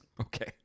Okay